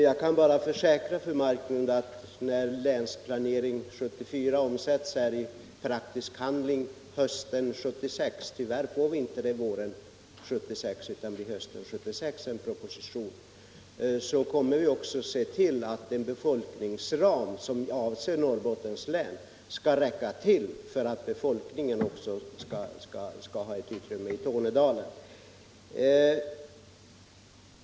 Jag kan försäkra fru Marklund att när Länsplanering 1974 omsätts i praktisk handling hösten 1976 — tyvärr får vi inte propositionen våren 1976 — så kommer vi att se till att den befolkningsram som avser Norrbottens län skall räcka till för en befolkning också i Tornedalen.